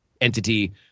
entity